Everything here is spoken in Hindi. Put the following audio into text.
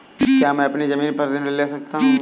क्या मैं अपनी ज़मीन पर ऋण ले सकता हूँ?